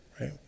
right